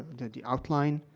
the the outline,